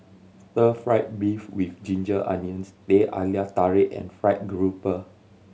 stir fried beef with ginger onions Teh Halia Tarik and Fried Garoupa